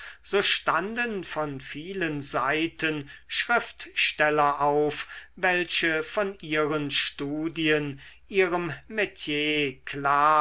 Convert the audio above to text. so standen von vielen seiten schriftsteller auf welche von ihren studien ihrem metier klar